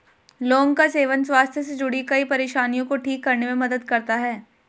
लौंग का सेवन स्वास्थ्य से जुड़ीं कई परेशानियों को ठीक करने में मदद करता है